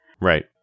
Right